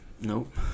Nope